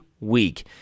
week